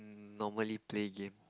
normally play game